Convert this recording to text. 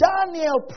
Daniel